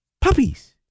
Puppies